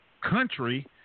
country